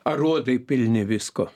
aruodai pilni visko